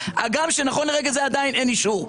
הגם שנכון לרגע זה עדיין אין אישור.